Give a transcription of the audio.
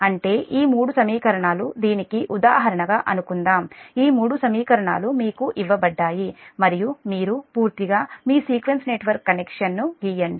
అంటే ఈ మూడు సమీకరణాలు దీనికి ఉదాహరణగా అనుకుందాం ఈ మూడు సమీకరణాలు మీకు ఇవ్వబడ్డాయి మరియు మీరు పూర్తిగా మీ సీక్వెన్స్ నెట్వర్క్ కనెక్షన్ ను గీయండి